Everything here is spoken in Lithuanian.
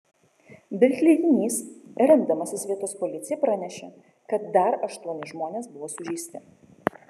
bild leidinys remdamasis vietos policija pranešė kad dar aštuoni žmonės buvo sužeisti